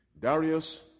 Darius